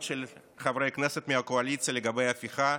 של חברי הכנסת מהקואליציה לגבי ההפיכה.